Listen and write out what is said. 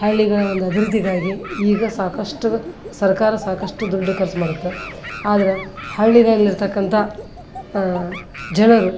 ಹಳ್ಳಿಗಳ ಒಂದು ಅಭಿವೃದ್ಧಿಗಾಗಿ ಈಗ ಸಾಕಷ್ಟು ಸರ್ಕಾರ ಸಾಕಷ್ಟು ದುಡ್ಡು ಖರ್ಚು ಮಾಡುತ್ತೆ ಆದ್ರೆ ಹಳ್ಳಿನಲ್ಲಿರತಕ್ಕಂತ ಜನರು